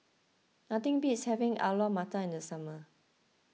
nothing beats having Alu Matar in the summer